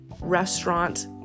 restaurant